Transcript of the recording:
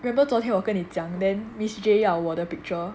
remember 昨天我跟你讲 then miss J 要我的 picture